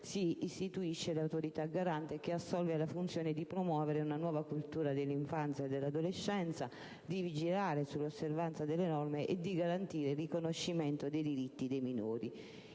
si istituisce l'Autorità garante che assolve alla funzione di promuovere una nuova cultura dell'infanzia e dell'adolescenza, di vigilare sulla osservanza delle norme e di garantire il riconoscimento dei diritti dei minori.